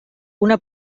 una